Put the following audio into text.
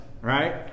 right